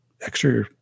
extra